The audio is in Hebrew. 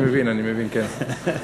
אני מבין, אני מבין, כן.